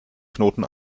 knoten